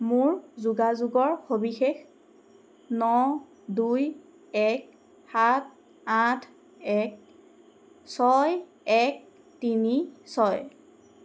মোৰ যোগাযোগৰ সবিশেষ ন দুই এক সাত আঠ এক ছয় এক তিনি ছয়